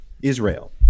israel